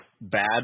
bad